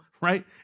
right